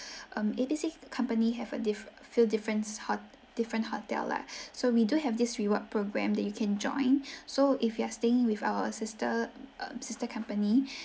um a b c company have a diff~ few difference hot~ different hotel lah so we do have this reward program that you can join so if you are staying with our sister er sister company